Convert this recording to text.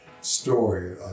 story